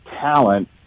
talent